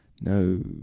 No